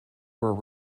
were